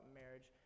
marriage